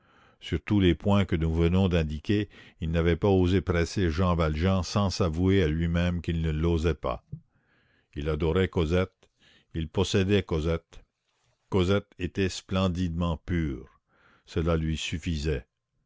sur tous les points que nous venons d'indiquer il n'avait pas osé presser jean valjean sans s'avouer à lui-même qu'il ne l'osait pas il adorait cosette il possédait cosette cosette était splendidement pure cela lui suffisait